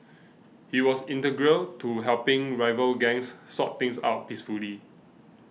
he was integral to helping rival gangs sort things out peacefully